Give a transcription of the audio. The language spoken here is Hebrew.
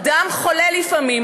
אדם חולה לפעמים,